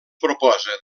proposa